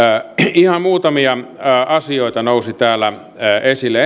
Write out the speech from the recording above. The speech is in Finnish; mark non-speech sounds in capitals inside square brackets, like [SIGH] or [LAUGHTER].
ihan muutamia asioita nousi täällä esille [UNINTELLIGIBLE]